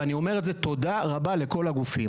ואני אומר תודה רבה לכל הגופים,